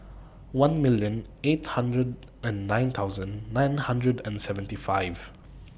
one million eight hundred and nine thousand nine hundred and seventy five